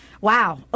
Wow